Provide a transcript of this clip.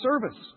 service